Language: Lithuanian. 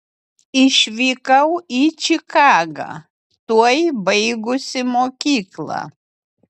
išvykau į čikagą tuoj baigusi mokyklą